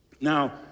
Now